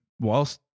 whilst